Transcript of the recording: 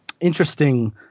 interesting